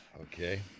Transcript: Okay